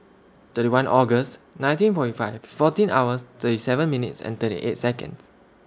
thirty one August nineteen forty five fourteen hours three seven minutes and thirty eight Seconds